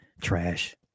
trash